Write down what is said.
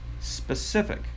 specific